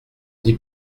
dit